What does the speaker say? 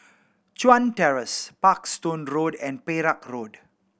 Chuan Terrace Parkstone Road and Perak Road